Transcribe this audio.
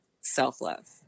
self-love